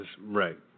right